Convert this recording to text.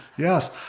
Yes